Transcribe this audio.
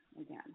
again